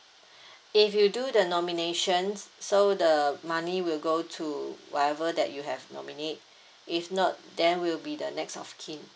if you do the nominations so the money will go to whatever that you have nominate if not then will be the next of kin